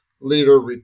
leader